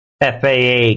FAA